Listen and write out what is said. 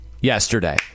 yesterday